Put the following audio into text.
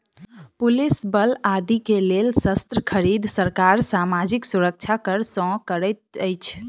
police बल आदि के लेल शस्त्र खरीद, सरकार सामाजिक सुरक्षा कर सँ करैत अछि